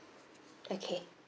okay